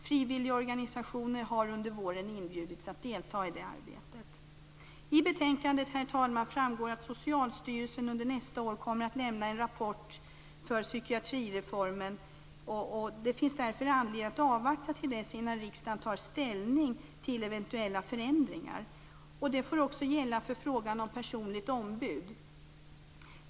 Frivilligorganisationer har under våren inbjudits att delta i det arbetet. Herr talman! I betänkandet framgår att Socialstyrelsen under nästa år kommer att lämna en rapport om psykiatrireformen. Därför finns det anledning att avvakta till dess innan riksdagen tar ställning till eventuella förändringar. Det får också gälla för frågan om personligt ombud.